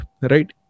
right